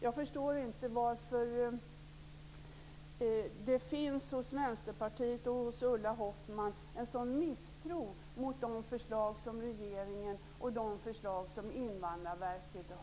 Jag förstår inte varför det hos Vänsterpartiet och Ulla Hoffmann finns en sådan misstro mot regeringens och